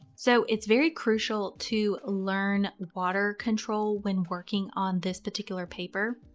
so it's very crucial to learn water control when working on this particular paper.